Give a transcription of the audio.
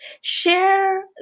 Share